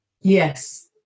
Yes